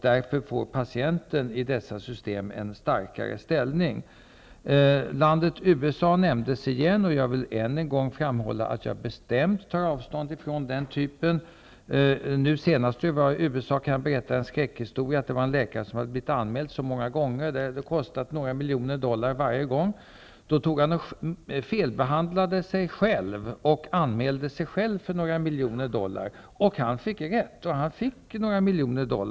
Därför får patienten i dessa system en starkare ställning. USA nämndes igen, och jag vill än en gång framhålla att jag bestämt tar avstånd från den typ av försäkringssystem som där finns. Beträffande USA kan jag berätta det senaste, en skräckhistoria om en läkare som blivit anmäld många gånger, till en kostnad av några miljoner dollar varje gång. Han felbehandlade då sig själv och anmälde sig själv med krav på några miljoner dollar för att han hade blivit felbehandlad.